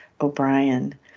O'Brien